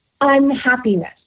unhappiness